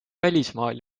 välismaal